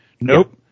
Nope